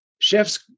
chefs